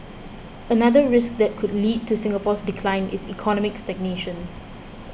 another risk that could lead to Singapore's decline is economic stagnation